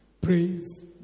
Praise